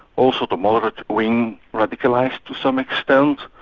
also the moderate wing radicalised to some extent,